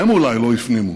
הם אולי לא הפנימו